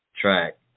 track